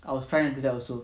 I was trying to do that also